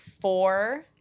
four